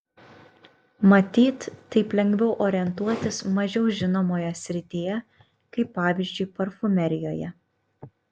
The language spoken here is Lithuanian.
matyt taip lengviau orientuotis mažiau žinomoje srityje kaip pavyzdžiui parfumerijoje